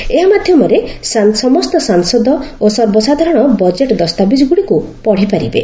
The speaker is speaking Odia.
ଏହି ଏହା ମାଧ୍ୟମରେ ସମସ୍ତ ସାଂସଦ ଓ ସର୍ବସାଧାରଣ ବଜେଟ୍ ଦସ୍ତାବିଜ୍ଗୁଡ଼ିକୁ ପଢ଼ି ପାରିବେ